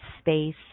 space